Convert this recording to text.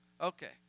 Okay